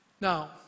Now